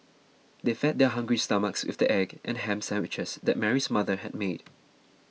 they fed their hungry stomachs with the egg and ham sandwiches that Mary's mother had made